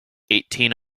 eighteen